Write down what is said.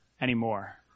anymore